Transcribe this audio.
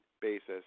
basis